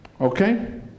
Okay